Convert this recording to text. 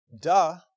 duh